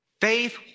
Faith